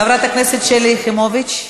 חברת הכנסת שלי יחימוביץ.